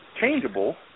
changeable